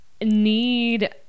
need